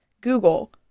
Google